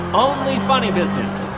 only funny business.